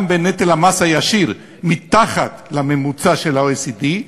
גם בנטל המס הישיר מתחת לממוצע של ה-OECD,